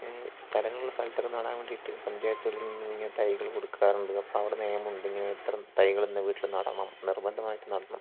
ഈ സ്ഥലങ്ങളുള്ള സ്ഥലത്തൊക്കെ നടാൻ വേണ്ടീട്ട് പഞ്ചായത്തുകളിൽ നിന്നും ഇങ്ങനെ തൈകള് കൊടുക്കാറുണ്ട് അപ്പോൾ അവിടെ നിയമമുണ്ട് ഇങ്ങനെ എത്ര തൈകള് ഇന്ന് വീട്ടിൽ നടണം നിർബന്ധമായിട്ടും നടണം